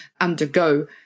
undergo